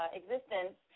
existence